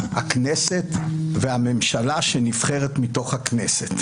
הכנסת והממשלה שנבחרת מתוך הכנסת.